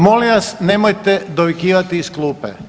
Molim vas nemojte dovikivati iz klupe!